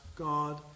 God